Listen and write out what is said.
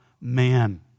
man